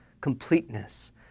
completeness